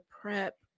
prep